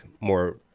more